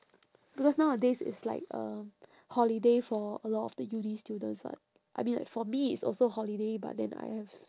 because nowadays it's like um holiday for a lot of the uni students [what] I mean like for me it's also holiday but then I have